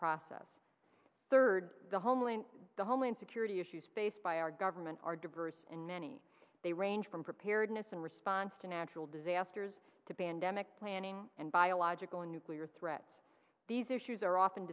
process third the homeland the homeland security issues faced by our government are diverse and many they range from preparedness and response to natural disasters to pandemic planning and biological and nuclear threats these issues are often